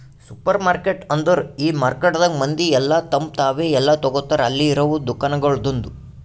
supermarket ಅಂದುರ್ ಈ ಮಾರ್ಕೆಟದಾಗ್ ಮಂದಿ ಎಲ್ಲಾ ತಮ್ ತಾವೇ ಎಲ್ಲಾ ತೋಗತಾರ್ ಅಲ್ಲಿ ಇರವು ದುಕಾನಗೊಳ್ದಾಂದು